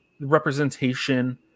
representation